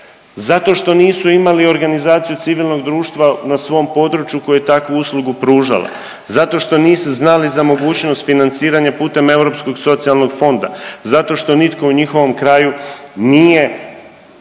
Zato što nisu imali organizaciju civilnog društva na svom području koja je takvu uslugu pružala. Zato što nisu znali za mogućnost financiranja pute Europskog socijalnog fonda. Zato što nitko u njihovom kraju nije